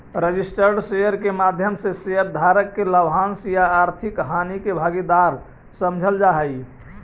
registered share के माध्यम से शेयर धारक के लाभांश या आर्थिक हानि के भागीदार समझल जा हइ